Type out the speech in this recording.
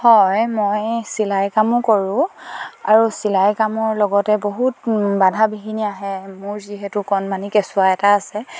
হয় মই চিলাই কামো কৰোঁ আৰু চিলাই কামৰ লগতে বহুত বাধা বিঘিনি আহে মোৰ যিহেতু কণমানি কেঁচুৱা এটা আছে